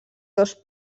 dos